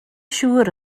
siŵr